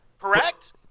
Correct